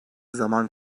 zaman